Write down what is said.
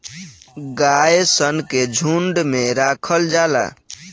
गाय सन के झुंड में राखल जाला